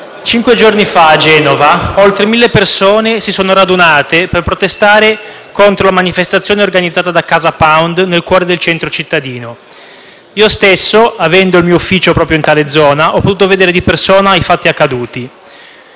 cinque giorni fa a Genova oltre 1.000 persone si sono radunate per protestare contro la manifestazione organizzata da CasaPound nel cuore del centro cittadino. Io stesso, avendo il mio ufficio proprio in tale zona, ho potuto vedere di persona i fatti accaduti: